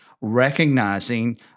recognizing